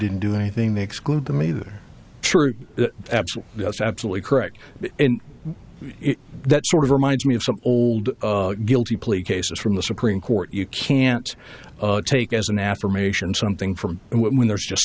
didn't do anything they exclude them either true or absent yes absolutely correct and that sort of reminds me of some old guilty plea cases from the supreme court you can't take as an affirmation something from when there's just